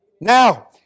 Now